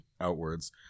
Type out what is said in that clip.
outwards